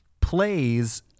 plays